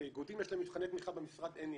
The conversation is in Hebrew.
כי לאיגודים יש מבחני תמיכה בכל מקרה.